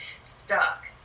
stuck